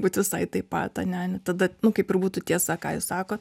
būt visai taip pat ane tada nu kaip ir būtų tiesa ką jūs sakot